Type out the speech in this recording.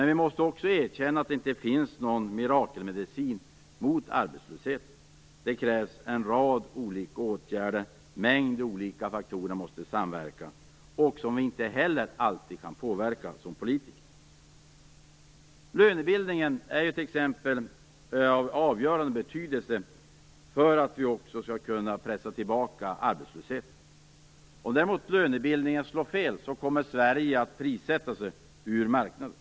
Vi måste erkänna att det inte finns någon mirakelmedicin mot arbetslösheten. Det krävs en rad olika åtgärder och en mängd faktorer måste samverka som vi inte heller alltid kan påverka som politiker. Lönebildningen har en avgörande betydelse för att vi skall kunna pressa tillbaka arbetslösheten. Om lönebildningen slår fel kommer Sverige att prissätta sig ur marknaden.